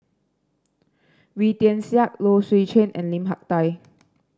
Wee Tian Siak Low Swee Chen and Lim Hak Tai